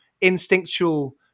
instinctual